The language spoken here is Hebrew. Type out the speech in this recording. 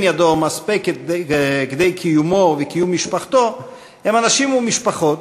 ידו מספקת כדי קיומו וקיום משפחתו הם אנשים ומשפחות,